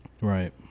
Right